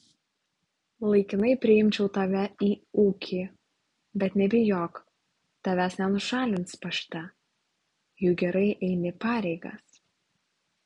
laikinai priimčiau tave į ūkį bet nebijok tavęs nenušalins pašte juk gerai eini pareigas